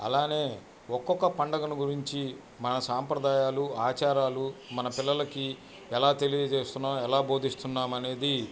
అలానే ఒక్కొక్క పండగను గురించి మన సాంప్రదాయాలు ఆచారాలు మన పిల్లలకి ఎలా తెలియచేస్తున్నాం ఎలా బోధిస్తున్నామనేది